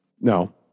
No